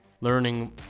learning